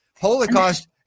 holocaust